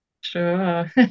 Sure